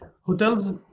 hotels